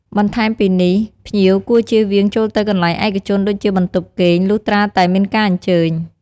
បន្ថែមពីនេះ ភ្ញៀវគួរជៀសវាងចូលទៅកន្លែងឯកជនដូចជាបន្ទប់គេង លុះត្រាតែមានការអញ្ជើញ។